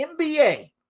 NBA